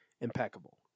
impeccable